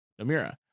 Namira